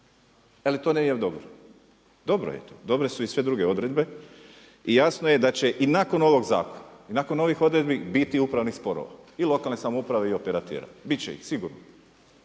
ali to nije dobro, dobro je to, dobre su i sve druge odredbe. I jasno je da će i nakon ovog zakona i nakon ovih odredbi biti upravnih sporova i lokalne samouprave i operatera, biti će ih sigurno,